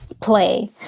play